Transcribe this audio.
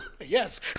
yes